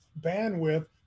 bandwidth